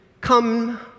come